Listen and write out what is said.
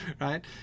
Right